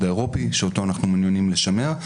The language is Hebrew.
האירופי שאותו אנחנו מעוניינים לשמר,